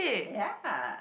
ya